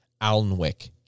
Alnwick